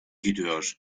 gidiyor